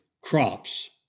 crops